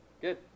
Good